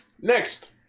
Next